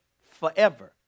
forever